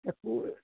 একো